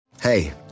Hey